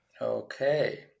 okay